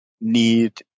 need